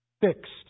fixed